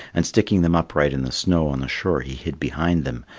and sticking them upright in the snow on the shore he hid behind them,